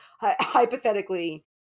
hypothetically